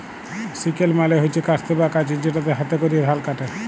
sickle মালে হচ্যে কাস্তে বা কাঁচি যেটাতে হাতে ক্যরে ধাল কাটে